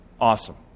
Awesome